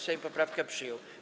Sejm poprawkę przyjął.